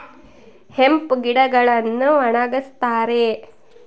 hemp ಗಿಡಗಳನ್ನು ಒಣಗಸ್ತರೆ